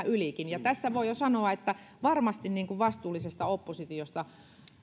ylikin ja tässä voi jo sanoa että varmasti vastuullisesta oppositiosta